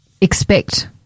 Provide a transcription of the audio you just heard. expect